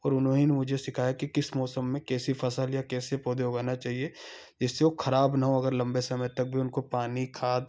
और उन्हों ही ने मुझे सिखाया कि किस मौसम में कैसी फ़सल या कैसे पौधे उगाना चाहिए जिससे वो खराब न हों अगर लम्बे समय तक भी उनको पानी खाद